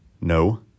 no